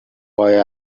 boy